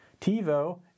TiVo